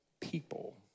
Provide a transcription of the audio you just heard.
people